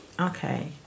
okay